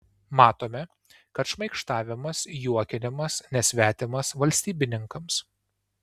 matome kad šmaikštavimas juokinimas nesvetimas valstybininkams